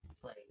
play